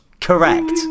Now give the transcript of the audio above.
Correct